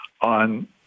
on